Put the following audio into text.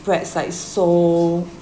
spreads like so